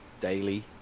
daily